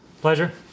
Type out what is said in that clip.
Pleasure